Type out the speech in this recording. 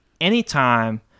anytime